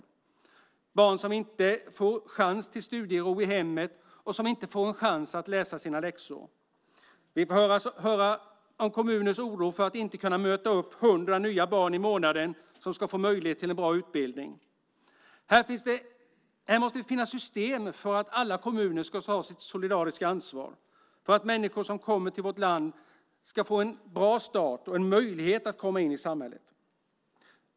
Vi hör talas om barn som inte får en chans till studiero i hemmet och som inte får en chans att läsa sina läxor. Vi får höra om kommuners oro för att inte kunna möta upp 100 nya barn i månaden som ska få möjlighet till en bra utbildning. Här måste vi finna system för att alla kommuner ska ta sitt solidariska ansvar för att människor som kommer till vårt land ska få en bra start och en möjlighet att komma in i samhället.